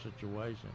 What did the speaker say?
situation